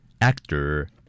Actor